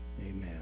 amen